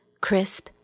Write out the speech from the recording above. crisp